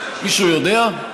מישהו יודע?